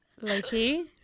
Loki